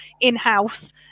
in-house